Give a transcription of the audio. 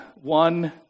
one